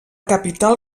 capital